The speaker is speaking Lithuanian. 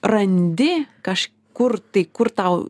randi kažkur tai kur tau